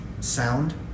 sound